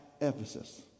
Ephesus